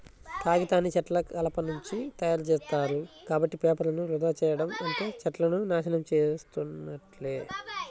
కాగితాన్ని చెట్ల కలపనుంచి తయ్యారుజేత్తారు, కాబట్టి పేపర్లను వృధా చెయ్యడం అంటే చెట్లను నాశనం చేసున్నట్లే